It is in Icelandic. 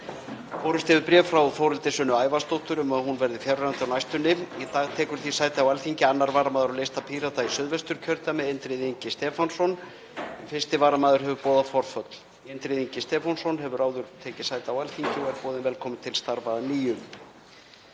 Borist hefur bréf frá Þórhildi Sunnu Ævarsdóttur um að hún verði fjarverandi á næstunni. Í dag tekur því sæti á Alþingi 2. varamaður á lista Pírata í Suðvesturkjördæmi, Indriði Ingi Stefánsson, en 1. varamaður hefur boðað forföll. Indriði Ingi Stefánsson hefur áður tekið sæti á Alþingi og er boðinn velkominn til starfa að nýju.